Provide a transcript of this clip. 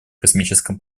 космическом